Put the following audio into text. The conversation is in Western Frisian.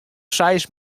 seis